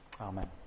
Amen